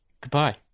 Goodbye